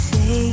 Say